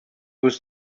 was